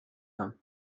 haben